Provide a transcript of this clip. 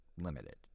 limited